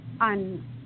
on